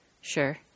Sure